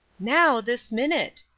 now, this minute.